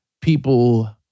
people